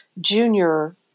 junior